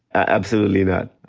absolutely not.